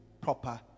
proper